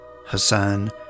Hassan